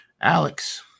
Alex